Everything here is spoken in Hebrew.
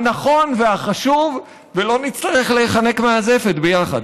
הנכון והחשוב, ולא נצטרך להיחנק מהזפת ביחד.